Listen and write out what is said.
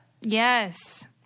Yes